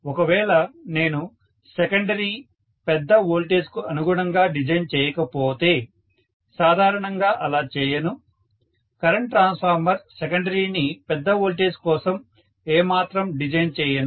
ఒకవేళ నేను సెకండరీ పెద్ద వోల్టేజ్ కు అనుగుణంగా డిజైన్ చేయకపోతే సాధారణంగా అలా చేయను కరెంట్ ట్రాన్స్ఫార్మర్ సెకండరీ ని పెద్ద వోల్టేజ్ కోసం ఏ మాత్రం డిజైన్ చేయను